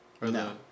No